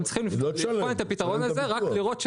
לאחר מקרה כזה שהביטוח שילם,